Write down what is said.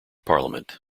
parliament